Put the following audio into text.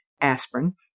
aspirin